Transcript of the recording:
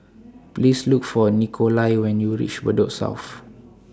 Please Look For Nikolai when YOU REACH Bedok South